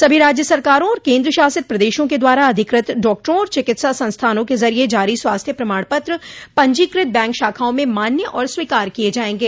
सभी राज्य सरकारों और केन्द्रशासित प्रदेशों के द्वारा अधिकृत डाक्टरों और चिकित्सा संस्थानों के जरिये ज़ारी स्वास्थ्य प्रमाण पत्र पंजीकृत बैंक शाखाओं में मान्य और स्वीकार किये जायेंगे